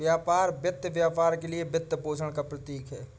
व्यापार वित्त व्यापार के लिए वित्तपोषण का प्रतीक है